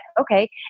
Okay